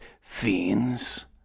fiends